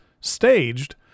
staged